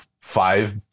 five